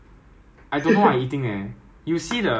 so if I know is yam cake right ah cause they will give two